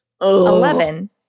Eleven